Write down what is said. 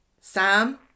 Sam